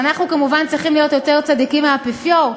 ואנחנו כמובן צריכים להיות יותר צדיקים מהאפיפיור,